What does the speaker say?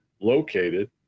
located